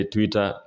Twitter